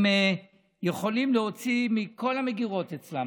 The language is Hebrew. הם יכולים להוציא מכל המגירות אצלם,